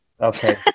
Okay